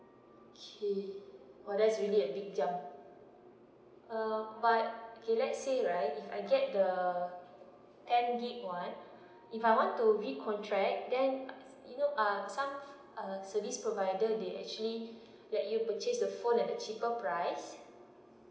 okay !wow! that's really a big jump uh but okay let's say right if I get the ten gig one if I want to recontract then uh you know uh some uh service provider they actually let you purchase the phone at a cheaper price